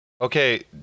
Okay